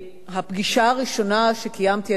הפגישה הראשונה שקיימתי,